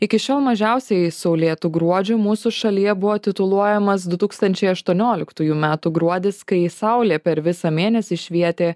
iki šiol mažiausiai saulėtu gruodžiu mūsų šalyje buvo tituluojamas du tūkstančiai ašuonioliktųjų metų gruodis kai saulė per visą mėnesį švietė